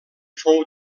fou